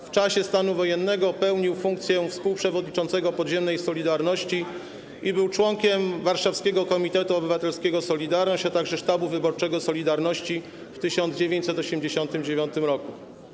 W czasie stanu wojennego pełnił funkcję współprzewodniczącego podziemnej ˝Solidarności˝ i był członkiem warszawskiego Komitetu Obywatelskiego ˝Solidarność˝, a także sztabu wyborczego ˝Solidarności˝ w 1989 r.